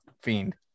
Fiend